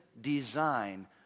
design